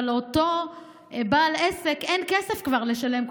אבל לאותו בעל עסק כבר אין כסף לשלם,